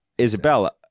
Isabella